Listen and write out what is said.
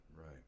right